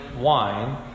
wine